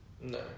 No